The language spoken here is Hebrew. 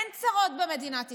אין צרות במדינת ישראל.